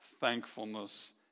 thankfulness